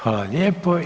Hvala lijepa.